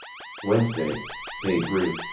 wednesday day three.